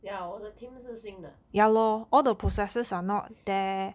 ya 我的 team 是新的